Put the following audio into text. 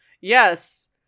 Yes